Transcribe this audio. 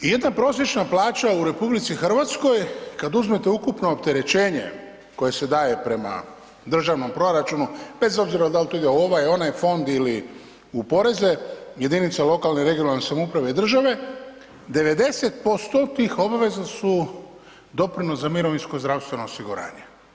I jedna prosječna plaća u RH kad uzmete ukupno opterećenje koje se daje prema državnom proračunu bez obzira da li to ide u ovaj, onaj fond ili u poreze jedinica lokalne i regionalne samouprave i države 90% tih obveza su doprinos za mirovinsko i zdravstveno osiguranje.